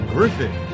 Griffin